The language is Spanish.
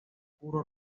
oscuro